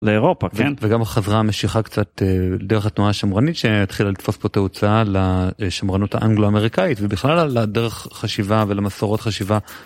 לאירופה, כן? וגם חזרה המשיכה קצת דרך התנועה השמורנית שהתחילה לתפוס פה את תאוצה לשמרנות האנגלו-אמריקאית ובכלל על הדרך חשיבה ולמסורות חשיבה.